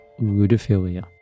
ludophilia